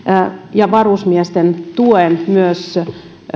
ja varusmiesten tuen myös